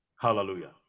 Hallelujah